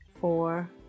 four